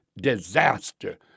disaster